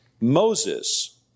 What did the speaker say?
Moses